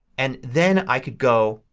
and then i could go,